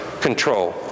control